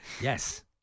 Yes